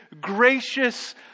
gracious